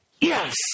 Yes